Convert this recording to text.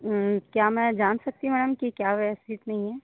क्या मैं जान सकती हूँ मैडम कि क्या व्यवस्थित नहीं है